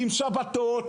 עם שבתות,